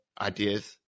ideas